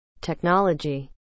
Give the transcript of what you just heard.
technology